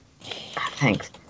Thanks